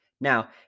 Now